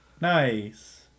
Nice